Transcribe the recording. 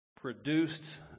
produced